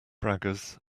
braggers